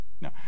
No